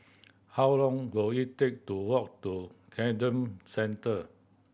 how long will it take to walk to Camden Centre